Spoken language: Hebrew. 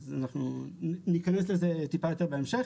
אנחנו ניכנס לזה טיפה יותר בהמשך,